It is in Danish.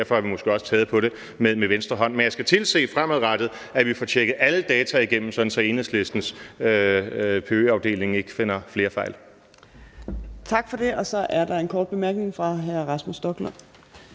derfor har vi måske også taget på det med venstre hånd. Men jeg skal tilse fremadrettet, at vi får tjekket alle data igennem, sådan at Enhedslistens PØ-afdeling ikke finder flere fejl. Kl. 14:19 Fjerde næstformand (Trine Torp): Tak for det.